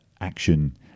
action